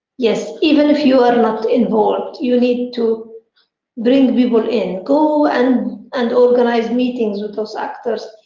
yes, even if you are not involved, you need to bring people in. go and and organise meetings with those actors,